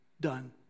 done